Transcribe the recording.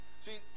See